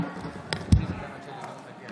חברי הכנסת)